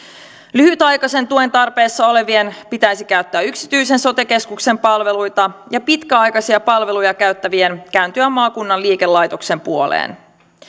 lyhytaikaisen tuen tarpeessa olevien pitäisi käyttää yksityisen sote keskuksen palveluita ja pitkäaikaisia palveluja käyttävien kääntyä maakunnan liikelaitoksen puoleen